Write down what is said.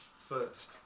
first